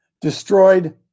destroyed